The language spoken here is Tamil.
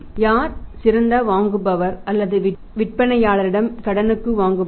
யார் சிறந்த வாங்குபவர் அல்லது விற்பனையாளரிடம் இருந்து கடனுக்கு வாங்குபவர்